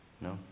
No